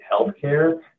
healthcare